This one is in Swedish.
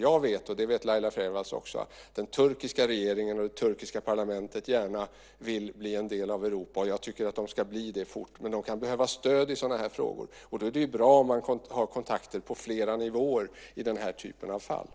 Jag vet, och det vet Laila Freivalds också, att den turkiska regeringen och det turkiska parlamentet gärna vill bli en del av Europa. Jag tycker att de ska bli det fort, men de behöver stöd i sådana här frågor. Då är det bra om man har kontakter på flera nivåer i den här typen av fall.